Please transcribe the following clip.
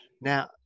now